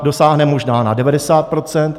Dosáhne možná na 90 %.